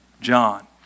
John